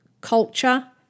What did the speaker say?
culture